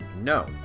No